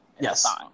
yes